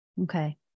Okay